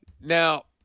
Now